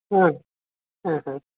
ହଁ ହଁ ହଁ